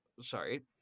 sorry